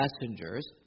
messengers